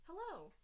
Hello